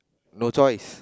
no choice